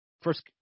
First